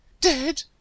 dead